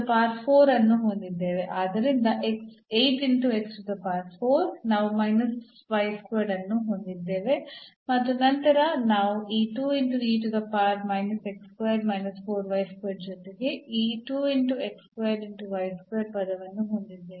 ನಾವು ಅನ್ನು ಹೊಂದಿದ್ದೇವೆ ಮತ್ತು ನಂತರ ನಾವು ಈ ಜೊತೆಗೆ ಈ ಪದವನ್ನು ಹೊಂದಿದ್ದೇವೆ